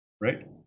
right